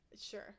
sure